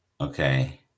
okay